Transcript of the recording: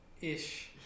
Ish